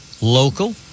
local